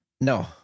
No